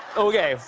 okay,